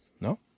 No